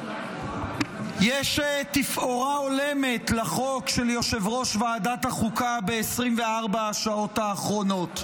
יש תפאורה הולמת לחוק של יושב-ראש ועדת החוקה ב-24 השעות האחרונות.